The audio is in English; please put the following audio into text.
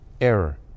error